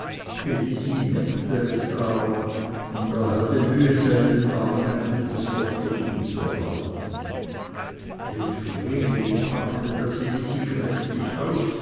merkte es aber und er hatte mühe selben abend ein gutes wort von ihm zu erhalten dem vreneli packte das elisi gräßlich aus